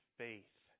faith